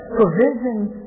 provisions